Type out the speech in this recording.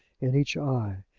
in each eye.